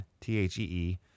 T-H-E-E